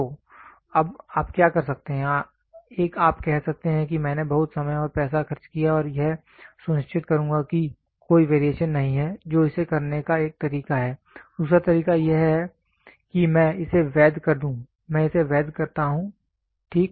तो अब आप क्या कर सकते हैं एक आप कह सकते हैं कि मैंने बहुत समय और पैसा खर्च किया और यह सुनिश्चित करूँगा कि कोई वेरिएशन नहीं है जो इसे करने का एक तरीका है दूसरा तरीका यह है कि मैं इसे वैध कर दूं मैं इसे वैध करता हूं ठीक